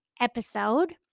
episode